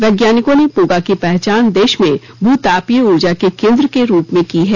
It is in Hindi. वैज्ञानिकों ने पूगा की पहचान देश में भू तापीय ऊर्जा के केन्द्र के रूप में की है